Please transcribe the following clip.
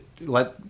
let